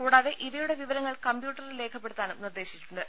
കൂടാതെ ഇവയുടെ വിവരങ്ങൾ കമ്പ്യൂ ട്ടറിൽ രേഖപ്പെടുത്താനും നിർദ്ദേശിച്ചിട്ടുണ്ട്